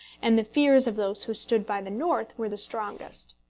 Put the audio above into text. and the fears of those who stood by the north were the strongest.